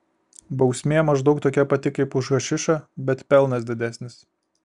bausmė maždaug tokia pati kaip už hašišą bet pelnas didesnis